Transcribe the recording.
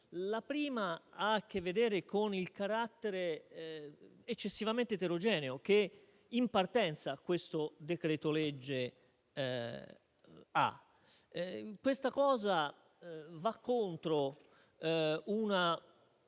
La prima ha a che vedere con il carattere eccessivamente eterogeneo che in partenza il decreto-legge presenta. Questo aspetto va contro una